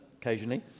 occasionally